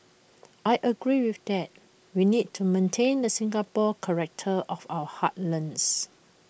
I agreed with that we need to maintain the Singaporean character of our heartlands